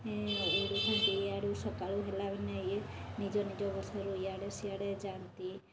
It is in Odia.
ଉଡ଼ୁଥାନ୍ତି ଇଆଡ଼ୁ ସକାଳୁ ହେଲା ମାନେ ଇଏ ନିଜ ନିଜ ବସାରୁ ଇଆଡ଼େ ସିଆଡ଼େ ଯାଆନ୍ତି